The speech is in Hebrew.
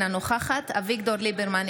אינה נוכחת אביגדור ליברמן,